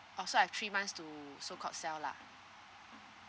oh so I have three months to so called sell lah